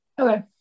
Okay